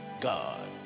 God